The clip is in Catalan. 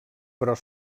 però